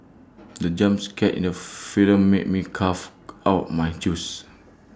the jump scare in the film made me cough out my juice